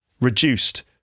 reduced